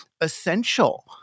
essential